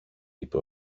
είπε